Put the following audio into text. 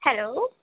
hello